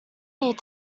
need